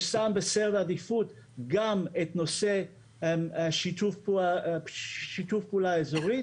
ששם בסדר העדיפות גם נושא של שיתוף פעולה אזורי.